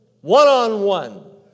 one-on-one